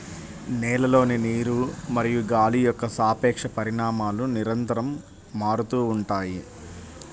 నేలలోని నీరు మరియు గాలి యొక్క సాపేక్ష పరిమాణాలు నిరంతరం మారుతూ ఉంటాయి